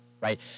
right